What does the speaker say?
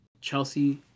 Chelsea